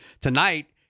Tonight